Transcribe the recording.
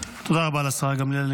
תודה רבה לשרה גמליאל.